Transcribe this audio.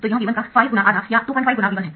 तो यह V1 का 5×आधा या 25×V1 है